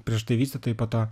prieš tai vystytojai po to